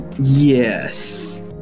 Yes